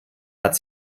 hat